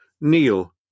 Neil